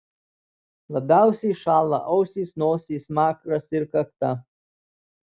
labiausiai šąla ausys nosis smakras ir kakta